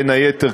בין היתר,